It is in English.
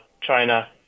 China